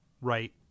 right